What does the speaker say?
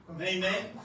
Amen